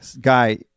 guy